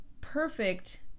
perfect